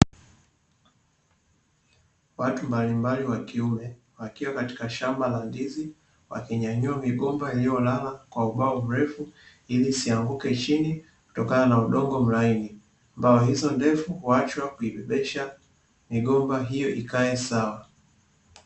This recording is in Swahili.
Watu mbalimbali wa kiume, wakiwa katika shamba la ndizi, wakinyanyua migomba iliyolala kwa ubao mrefu, ili isianguke chini kutokana na udongo mlaini. Mbao hizo ndefu, huachwa kuibebesha, migomba hiyo ikae sawa.